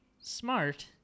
smart